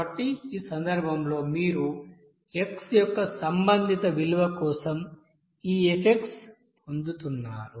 కాబట్టి ఈ సందర్భంలో మీరు x యొక్క సంబంధిత విలువ కోసం ఈ f పొందుతున్నారు